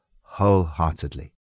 wholeheartedly